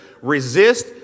resist